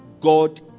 God